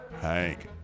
Hank